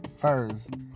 first